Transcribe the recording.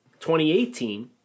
2018